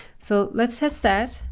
so let's test that,